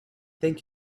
thank